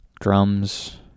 drums